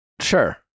sure